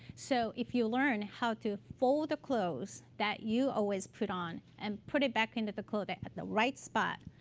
so if you learn how to fold the clothes that you always put on and put it back into the clothing at the right spot,